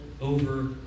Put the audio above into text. over